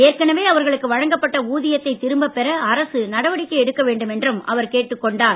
ஏற்கனவே அவர்களுக்கு வழங்கப்பட்ட ஊதியத்தை திரும்ப பெற அரசு நடவடிக்கை எடுக்க வேண்டும் என்றும் அவர் கேட்டுக் கொண்டார்